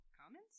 comments